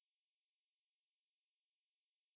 yup I just subscribed like I think one month ago